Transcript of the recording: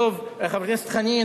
חבר הכנסת חנין,